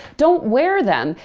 don't wear them.